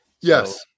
Yes